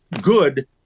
good